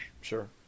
sure